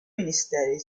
ministeri